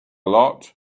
lot